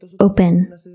open